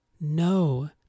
no